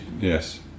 yes